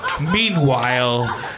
meanwhile